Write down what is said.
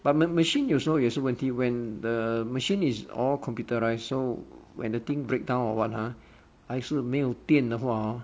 but machine 有时候也是问题 when the machine is all computerised so when the thing breakdown or what uh 还是没有电的话 hor